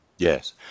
Yes